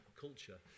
culture